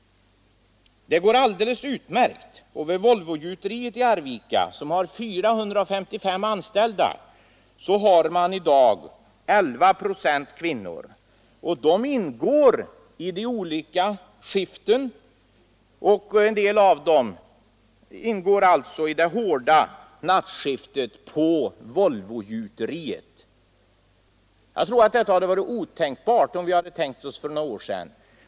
Vid Volvogjuteriet i Arvika, med 455 anställda, har man i dag 11 procent kvinnor. De ingår i de olika skiften, och en del av dem arbetar alltså i det hårda nattskiftet på Volvogjuteriet. Jag tror att detta hade varit otänkbart för några år sedan.